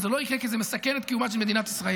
וזה לא יקרה כי זה מסכן את קיומה של מדינת ישראל.